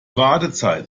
wartezeit